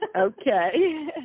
Okay